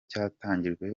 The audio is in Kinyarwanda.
cyatangijwe